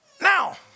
Now